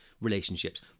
relationships